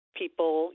people